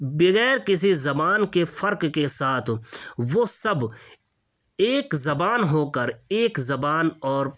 بغیر کسی زبان کے فقر کے ساتھ وہ سب ایک زبان ہو کر ایک زبان اور